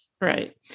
Right